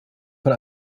von